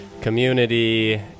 community